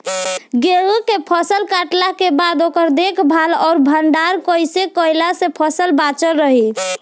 गेंहू के फसल कटला के बाद ओकर देखभाल आउर भंडारण कइसे कैला से फसल बाचल रही?